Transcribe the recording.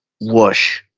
whoosh